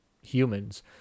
humans